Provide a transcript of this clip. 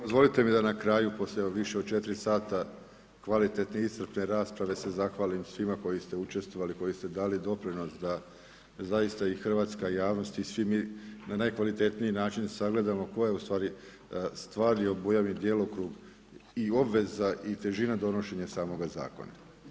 Dozvolite mi da na kraju, poslije više od 4 sata kvalitetne i iscrpne rasprave se zahvalim svima koji ste učestvovali i dali doprinos da zaista i hrvatska javnost i svi mi na najkvalitetniji način sagledamo tko je ustvari stvarni i obujam djelokrug i obveza i težina donošenja samoga zakona.